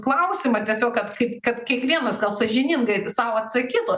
klausimą tiesiog kad kaip kad kiekvienas sąžiningai sau atsakytų